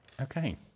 Okay